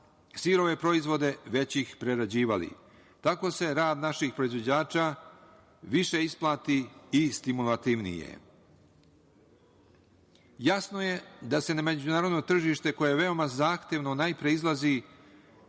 sirove proizvode već ih prerađivali. Tako se rad naših proizvođača više isplati i stimulativnije je. Jasno je da se na međunarodno tržište, koje je veoma zahtevno, najpre izlazi